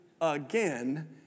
again